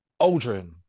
Aldrin